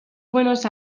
buenos